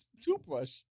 toothbrush